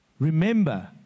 Remember